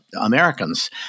Americans